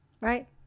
Right